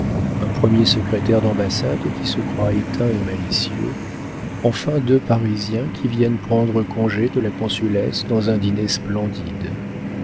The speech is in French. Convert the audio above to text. un premier secrétaire d'ambassade qui se croit éteint et malicieux enfin deux parisiens qui viennent prendre congé de la consulesse dans un dîner splendide